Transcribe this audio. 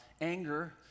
anger